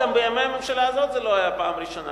גם בימי הממשלה הזאת זה לא היה הפעם הראשונה.